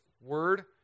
word